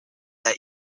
that